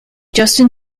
justin